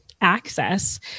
access